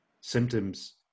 symptoms